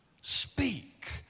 speak